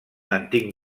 antic